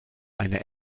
eine